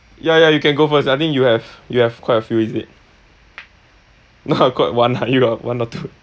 ya ya you can go first I think you have you have quite a few is it no got one ah you got one or two